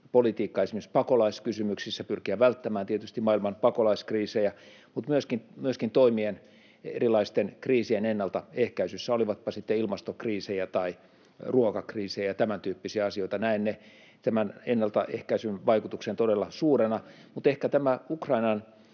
esimerkiksi pakolaiskysymyksissä pyrkien välttämään tietysti maailman pakolaiskriisejä mutta myöskin toimien erilaisten kriisien ennaltaehkäisyssä, olivatpa ne sitten ilmastokriisejä tai ruokakriisejä, tämäntyyppisiä asioita. Näen tämän ennaltaehkäisyn vaikutuksen todella suurena.